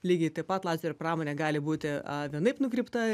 lygiai taip pat lazerių pramonė gali būti vienaip nukreipta